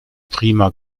prima